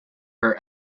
her